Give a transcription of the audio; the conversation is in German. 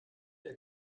der